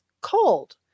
cold